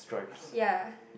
ya